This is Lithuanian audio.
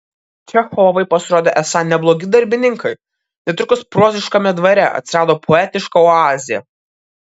čechovai pasirodė esą neblogi darbininkai netrukus proziškame dvare atsirado poetiška oazė